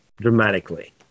dramatically